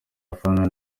afana